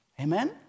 Amen